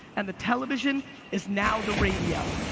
and the television is now the radio.